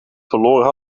verloren